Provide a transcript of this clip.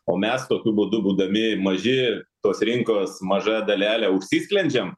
o mes tokiu būdu būdami maži tos rinkos maža dalelė užsisklendžiam